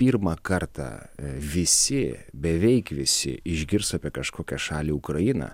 pirmą kartą visi beveik visi išgirs apie kažkokią šalį ukrainą